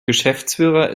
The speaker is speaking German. geschäftsführer